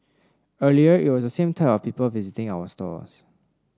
earlier it was the same type of people visiting our stores